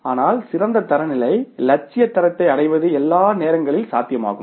ஆனால் சிறந்த தரநிலை இலட்சிய தரத்தை அடைவது எல்லா நேரங்களிலும் சாத்தியமாகும்